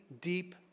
deep